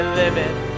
living